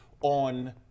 on